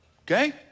Okay